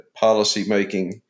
policymaking